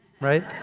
Right